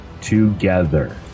together